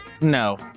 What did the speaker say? No